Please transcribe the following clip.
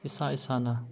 ꯏꯁꯥ ꯏꯁꯥꯅ